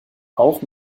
auch